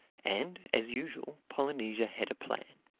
and, as usual, polynesia had a plan.